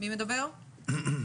תודה רבה,